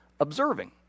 observing